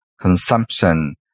consumption